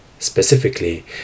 specifically